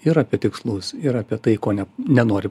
ir apie tikslus ir apie tai ko ne nenori